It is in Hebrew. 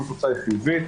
אם התוצאה חיובית,